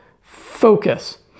focus